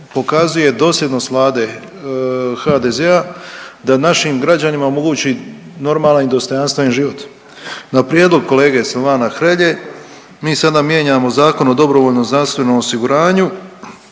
pokazuje dosljednost Vlade HDZ-a da našim građanima omogući normalan i dostojanstven život. Na prijedlog kolege Silvana Hrelje mi sada mijenjamo Zakon o dobrovoljnom zdravstvenom osiguranju